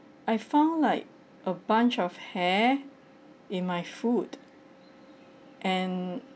I found like a bunch of hair in my food and